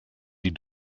die